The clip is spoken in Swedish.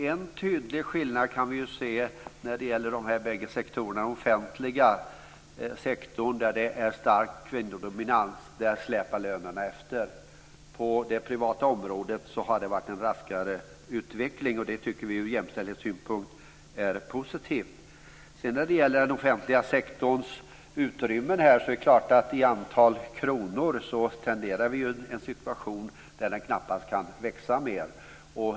Fru talman! Vi kan ju se en tydlig skillnad när det gäller de här bägge sektorerna. I den offentliga sektorn, där det är en stark kvinnodominans, släpar lönerna efter. På det privata området har det varit en raskare utveckling. Det tycker vi ur jämställdhetssynpunkt är positivt. När det gäller den offentliga sektorns utrymme i antal kronor tenderar vi att få en situation då den knappast kan växa mer.